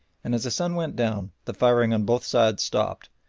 and as the sun went down the firing on both sides stopped,